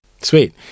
Sweet